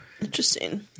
Interesting